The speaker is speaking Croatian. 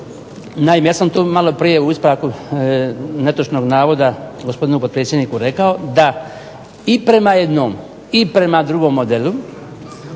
Naime, ja sam to maloprije u ispravku netočnog navoda gospodinu potpredsjedniku rekao, da i prema jednom i prema drugom modelu